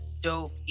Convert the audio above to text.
dope